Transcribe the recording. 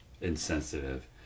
insensitive